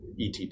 ETT